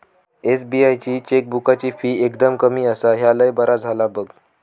SBI ची चेकबुकाची fee एकदम कमी आसा, ह्या लय बरा झाला बघ